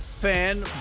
fan